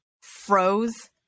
froze